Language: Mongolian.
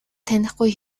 танихгүй